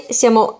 siamo